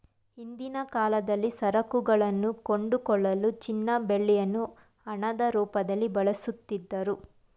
ಹಿಂದಿನ ಕಾಲದಲ್ಲಿ ಸರಕುಗಳನ್ನು ಕೊಂಡುಕೊಳ್ಳಲು ಚಿನ್ನ ಬೆಳ್ಳಿಯನ್ನು ಹಣದ ರೂಪದಲ್ಲಿ ಬಳಸುತ್ತಿದ್ದರು